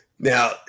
Now